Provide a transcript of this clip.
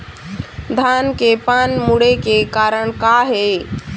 धान के पान मुड़े के कारण का हे?